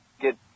get